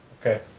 Okay